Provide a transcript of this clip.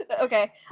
Okay